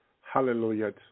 Hallelujah